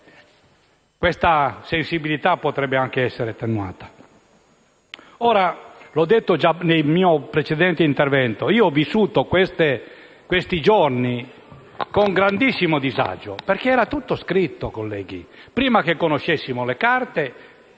questa sensibilità potrebbe anche essere attenuata. Ho detto nel mio precedente intervento che ho vissuto questi giorni con grandissimo disagio, perché era tutto scritto prima che conoscessimo le carte